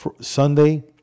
Sunday